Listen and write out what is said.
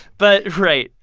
but right.